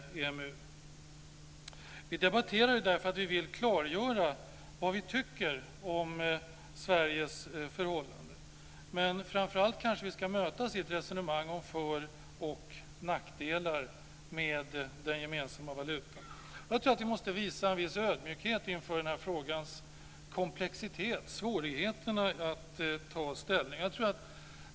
Vi debatterar därför att vi vill klargöra vad vi tycker om Sveriges förhållande till EMU. Men framför allt ska vi kanske mötas i ett resonemang om föroch nackdelar med den gemensamma valutan. Jag tror att vi måste visa en viss ödmjukhet inför den här frågans komplexitet, svårigheten att ta ställning.